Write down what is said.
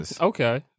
Okay